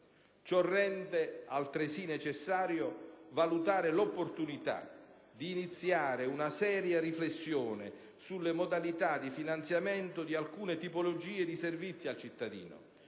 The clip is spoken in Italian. Ciò rende altresì necessario valutare l'opportunità di iniziare una seria riflessione sulle modalità di finanziamento di alcune tipologie di servizi al cittadino,